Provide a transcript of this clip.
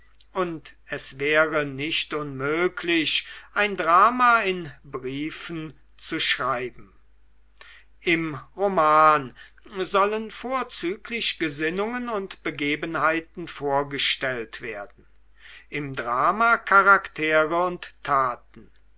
und es wäre nicht unmöglich ein drama in briefen zu schreiben im roman sollen vorzüglich gesinnungen und begebenheiten vorgestellt werden im drama charaktere und taten